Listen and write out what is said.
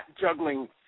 juggling